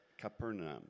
capernaum